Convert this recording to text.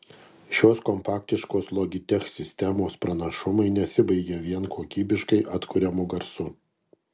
šios kompaktiškos logitech sistemos pranašumai nesibaigia vien kokybiškai atkuriamu garsu